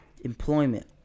Employment